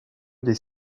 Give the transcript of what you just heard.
des